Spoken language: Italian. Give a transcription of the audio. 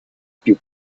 più